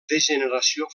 degeneració